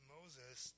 Moses